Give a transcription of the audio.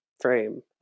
frame